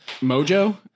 Mojo